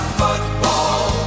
football